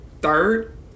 third